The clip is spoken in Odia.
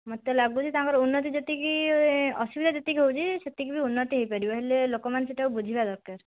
ମୋତେ ଲାଗୁଛି ତାଙ୍କର ଉନ୍ନତି ଯେତିକି ଅସୁବିଧା ଯେତିକି ହେଉଛି ସେତିକି ବି ଉନ୍ନତି ହୋଇପାରିବ ହେଲେ ଲୋକମାନେ ସେଇଟାକୁ ବୁଝିବା ଦରକାର